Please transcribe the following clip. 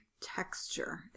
texture